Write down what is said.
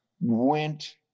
went